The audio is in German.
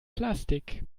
plastik